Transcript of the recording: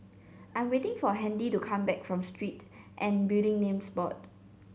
I am waiting for Handy to come back from Street and Building Names Board